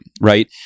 right